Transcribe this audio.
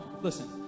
Listen